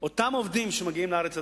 אותם עובדים שמגיעים לארץ,